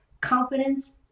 confidence